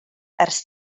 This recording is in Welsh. ers